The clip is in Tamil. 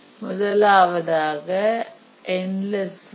முதலாவதாக என்ட் லெஸ் லூப்